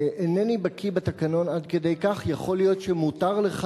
אינני בקי בתקנון עד כדי כך, יכול להיות שמותר לך